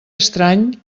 estrany